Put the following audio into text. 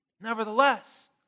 Nevertheless